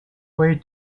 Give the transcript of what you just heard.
way